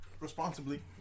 Responsibly